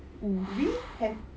mm